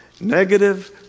negative